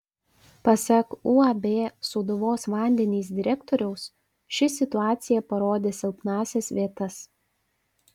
pasak uab sūduvos vandenys direktoriaus ši situacija parodė silpnąsias vietas